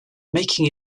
making